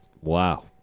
Wow